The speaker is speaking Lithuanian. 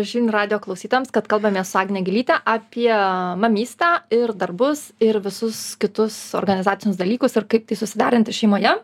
žinių radijo klausytojams kad kalbamės su agne gilyte apie mamystę ir darbus ir visus kitus organizacinius dalykus ir kaip tai susideranti šeimoje